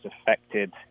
affected